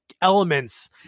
elements